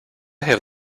have